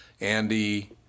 Andy